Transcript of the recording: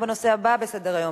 הצעת החוק עברה.